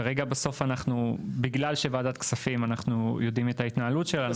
כרגע בגלל שוועדת כספים אנחנו יודעים את ההתנהלות שלה,